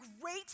great